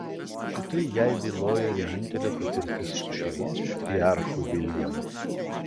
šitai jai bylojo vienintelė patirtis su šeimos patriarchu viljamu